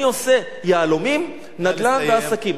אני עושה יהלומים, נדל"ן ועסקים.